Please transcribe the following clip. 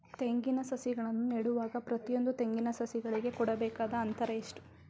ತೆಂಗಿನ ಸಸಿಗಳನ್ನು ನೆಡುವಾಗ ಪ್ರತಿಯೊಂದು ತೆಂಗಿನ ಸಸಿಗಳಿಗೆ ಕೊಡಬೇಕಾದ ಅಂತರ ಎಷ್ಟು?